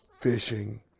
fishing